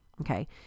okay